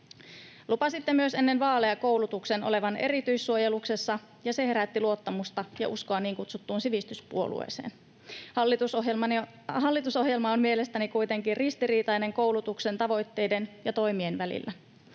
Lupasitte myös ennen vaaleja koulutuksen olevan erityissuojeluksessa, ja se herätti luottamusta ja uskoa niin kutsuttuun sivistyspuolueeseen. Hallitusohjelma on mielestäni kuitenkin ristiriitainen koulutuksen tavoitteiden ja toimien välillä.